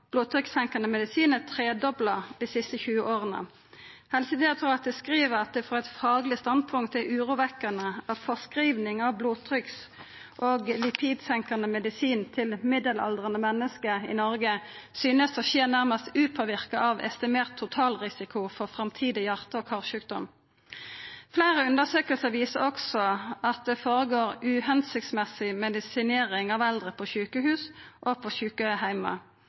medisin er tredobla dei siste 20 åra. Helsedirektoratet skriv at det frå eit fagleg standpunkt er urovekkjande at utskriving av blodtrykk- og lipidsenkande medisinar til middelaldrande menneske i Noreg, synest å skje nærmast upåverka av estimert totalrisiko for framtidig hjarte- og karsjukdom. Fleire undersøkingar viser også at det foregår medisinering av eldre på sjukehus og på